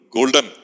Golden